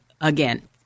again